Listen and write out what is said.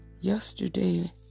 yesterday